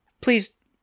please